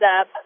up